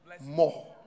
more